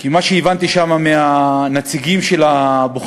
כי ממה שהבנתי שם, מהנציגים של הבוחנים,